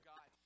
God